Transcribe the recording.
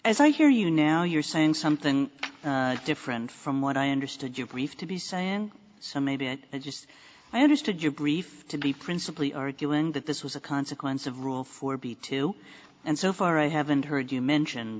as i hear you now you're saying something different from what i understood your brief to be saying so maybe i just i understood your grief to be principally arguing that this was a consequence of rule for be two and so far i haven't heard you mention